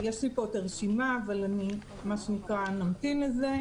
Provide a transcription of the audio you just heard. יש לי פה הרשימה, אבל נמתין לזה.